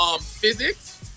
physics